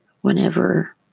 whenever